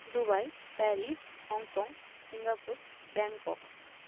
Dubai Paris Hong Kong Singapore Bangkok